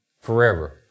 Forever